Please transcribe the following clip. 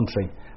country